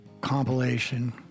compilation